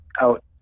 out